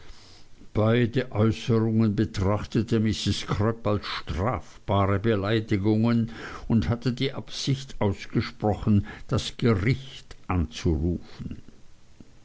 beide äußerungen betrachtete mrs crupp als strafbare beleidigungen und hatte die absicht ausgesprochen das gricht anzurufen